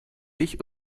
ich